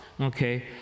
Okay